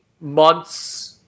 months